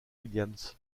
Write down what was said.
williams